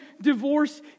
divorce